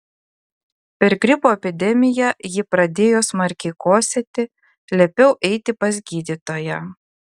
per gripo epidemiją ji pradėjo smarkiai kosėti liepiau eiti pas gydytoją